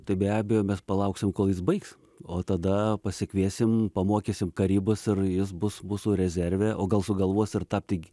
tai be abejo mes palauksim kol jis baigs o tada pasikviesim pamokysim karybos ir jis bus mūsų rezerve o gal sugalvos ir tapti